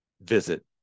visit